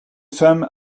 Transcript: femme